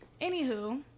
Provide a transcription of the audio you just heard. Anywho